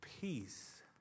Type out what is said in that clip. peace